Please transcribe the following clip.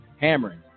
hammering